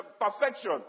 perfection